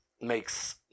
makes